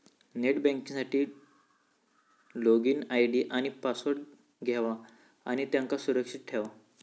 net banking साठी login ID आणि password घेवा आणि त्यांका सुरक्षित ठेवा